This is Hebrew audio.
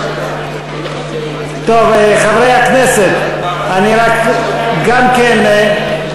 חברי הכנסת, למען הסר ספק